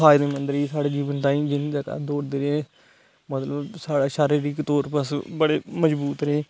फायदेमंद रेही ऐ साढ़े जीवन तांई दौड़दे रेह् मतलब साढ़ा शरिरिक तौर उप्पर अस बडे़ मजबूत रेह